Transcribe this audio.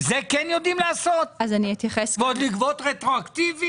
זה כן יודעים לעשות, ועוד לגבות רטרואקטיבי?